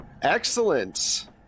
Excellent